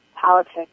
politics